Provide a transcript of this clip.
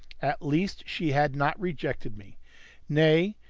at least she had not rejected me nay,